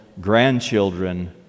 grandchildren